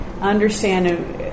understand